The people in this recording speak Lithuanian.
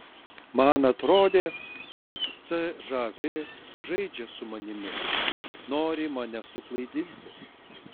man atrodė kad cžv žaidžia su manimi nori mane suklaidinti